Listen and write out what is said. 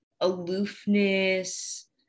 aloofness